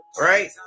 right